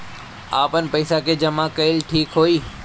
आपन पईसा के जमा कईल ठीक होई?